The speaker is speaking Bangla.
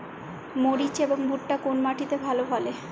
মরিচ এবং ভুট্টা কোন মাটি তে ভালো ফলে?